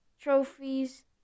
trophies